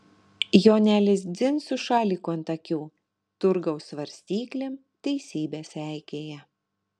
jonelis dzin su šaliku ant akių turgaus svarstyklėm teisybę seikėja